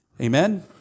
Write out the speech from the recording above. Amen